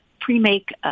pre-make